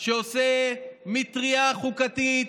שעושה מטרייה חוקתית,